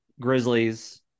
Grizzlies